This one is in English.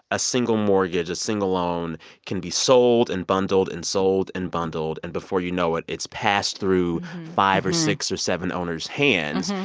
a single mortgage, a single loan can be sold and bundled and sold and bundled. and before you know it, it's passed through five or six or seven owners' hands,